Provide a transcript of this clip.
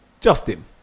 Justin